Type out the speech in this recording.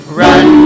run